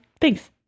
Thanks